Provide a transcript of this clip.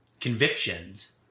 convictions